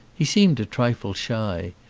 he seemed a trifle shy.